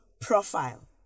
profile